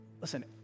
Listen